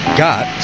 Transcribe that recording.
got